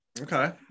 Okay